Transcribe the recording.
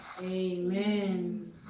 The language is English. amen